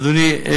אדוני,